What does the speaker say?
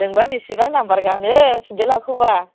नोंबा बेसेबां नाम्बार गानो सेन्देलखौबा